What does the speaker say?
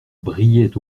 brillaient